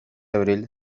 abril